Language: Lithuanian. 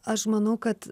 aš manau kad